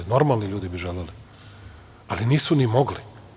Normalni ljudi bi želeli, ali nisu ni mogli.